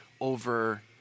over